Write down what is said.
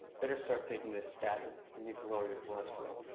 better start taking this statin, you need to lower your cholesterol.